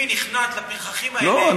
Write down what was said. אם היא נכנעת לפרחחים האלה, זה חמור מאוד.